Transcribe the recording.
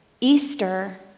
Easter